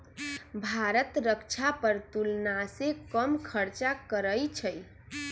भारत रक्षा पर तुलनासे कम खर्चा करइ छइ